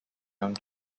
young